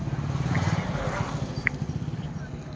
ಬಂಗಾರ ಕೊಟ್ಟ ಸಾಲ ತಗೋಬೇಕಾದ್ರೆ ಏನ್ ಏನ್ ರೂಲ್ಸ್ ಅದಾವು?